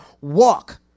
walk